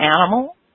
animal